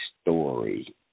story